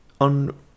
on